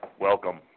welcome